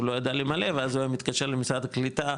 לא ידע למלא ואז הוא היה מתקשר למשרד הקליטה,